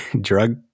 drug